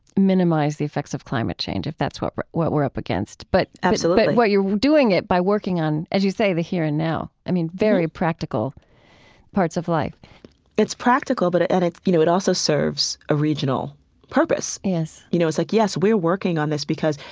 minimize the effects of climate change if that's what we're what we're up against but absolutely but you're doing it by working on, as you say, the here and now, i mean, very practical parts of life it's practical, but it, and it, you know, it also serves a regional purpose yes you know, it's like, yes, we're working on this because,